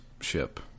ship